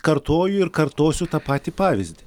kartoju ir kartosiu tą patį pavyzdį